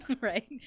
right